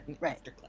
Right